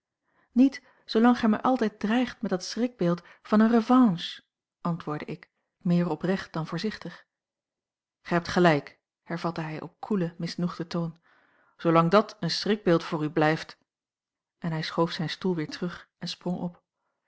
niet zoolang gij mij altijd dreigt met dat schrikbeeld van eene revanche antwoordde ik meer oprecht dan voorzichtig gij hebt gelijk hervatte hij op koelen misnoegden toon zoolang dàt een schrikbeeld voor u blijft en hij schoof zijn stoel weer terug en sprong op